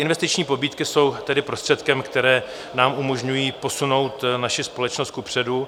Investiční pobídky jsou tedy prostředkem, které nám umožňují posunout naši společnost kupředu.